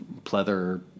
pleather